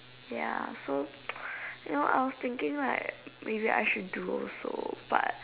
ya so you know I was thinking right maybe I should do also but